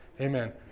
amen